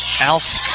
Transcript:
Alf